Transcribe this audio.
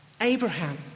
Abraham